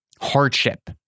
hardship